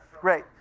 Great